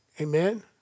Amen